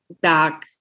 back